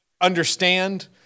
understand